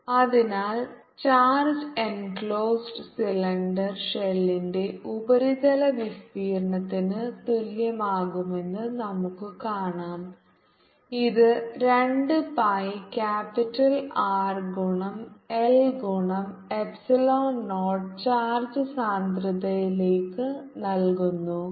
2πrL 2πRLσ0E Rσ0r അതിനാൽ charge enclosed cylinder ഷെല്ലിന്റെ ഉപരിതല വിസ്തീർണ്ണത്തിന് തുല്യമാകുമെന്ന് നമുക്ക് കാണാം ഇത് 2 പൈ ക്യാപിറ്റൽ ആർ ഗുണം L ഗുണം എപ്സിലോൺ നോട്ട് ചാർജ് സാന്ദ്രതയിലേക്ക് നൽകുന്നു